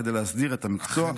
כדי להסדיר את המקצוע.